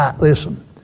listen